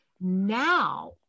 Now